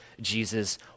Jesus